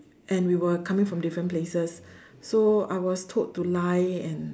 and we were coming from different places so I was told to lie and